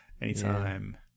Anytime